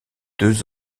deux